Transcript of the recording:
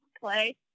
play